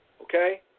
okay